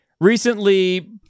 recently